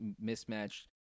mismatched